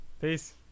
Peace